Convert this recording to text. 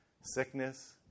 sickness